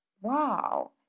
wow